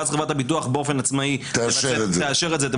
ואז חברת הביטוח באופן עצמאי תאשר את זה,